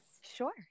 Sure